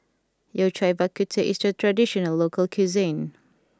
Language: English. Yao Cai Bak Kut Teh is a traditional local cuisine